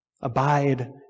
Abide